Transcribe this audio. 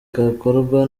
gakorwa